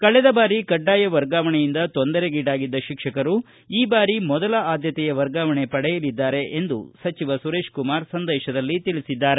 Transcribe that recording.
ಕಳೆದ ಬಾರಿ ಕಡ್ಗಾಯ ವರ್ಗಾವಣೆಯಿಂದ ತೊಂದರೆಗೀಡಾಗಿದ್ದ ಶಿಕ್ಷಕರು ಈ ಬಾರಿ ಮೊದಲ ಆದ್ಯತೆಯ ವರ್ಗಾವಣೆ ಪಡೆಯಲಿದ್ದಾರೆ ಎಂದು ಸಂದೇಶದಲ್ಲಿ ತಿಳಿಸಿದ್ದಾರೆ